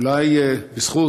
אולי "בזכות",